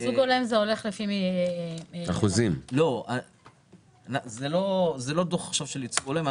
לא דוח של ייצוג הולם.